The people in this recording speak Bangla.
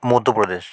মধ্যপ্রদেশ